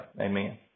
Amen